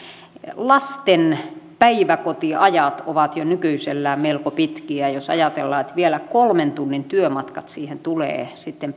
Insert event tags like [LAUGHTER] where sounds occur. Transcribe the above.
lasten päiväkotiajat ovat jo nykyisellään melko pitkiä ja jos ajatellaan että vielä kolmen tunnin työmatkat siihen tulevat sitten [UNINTELLIGIBLE]